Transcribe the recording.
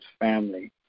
family